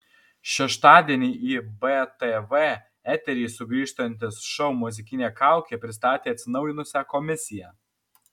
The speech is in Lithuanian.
šeštadienį į btv eterį sugrįžtantis šou muzikinė kaukė pristatė atsinaujinusią komisiją